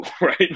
Right